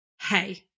hey